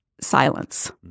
silence